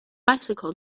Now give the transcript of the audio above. bicycle